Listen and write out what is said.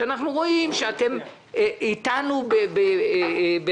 שאנחנו רואים שאתם איתנו בצרתנו,